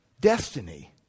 destiny